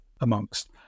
amongst